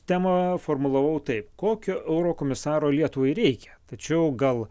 temą formulavau taip kokio eurokomisaro lietuvai reikia tačiau gal